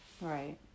Right